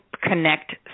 connect